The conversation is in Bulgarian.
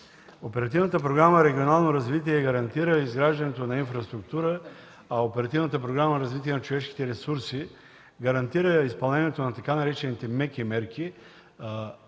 Оперативната програма „Регионално развитие” гарантира изграждането на инфраструктура, а Оперативната програма „Развитие на човешките ресурси” гарантира изпълнението на така наречените „меки мерки”,